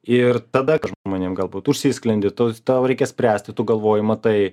ir tada žmonėm galbūt užsisklendi tu tau reikia spręsti tu galvoji matai